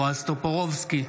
בועז טופורובסקי,